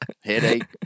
Headache